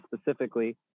specifically